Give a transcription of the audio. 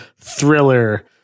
thriller